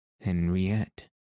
Henriette